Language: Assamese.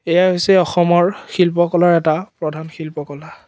এয়াই হৈছে অসমৰ শিল্পকলাৰ এটা প্ৰধান শিল্পকলা